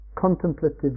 contemplative